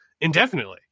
indefinitely